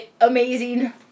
amazing